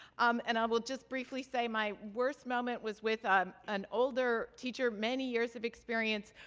um and i will just briefly say my worst moment was with ah an older teacher, many years of experience,